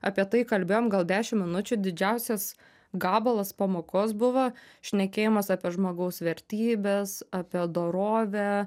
apie tai kalbėjom gal dešim minučių didžiausias gabalas pamokos buvo šnekėjimas apie žmogaus vertybes apie dorovę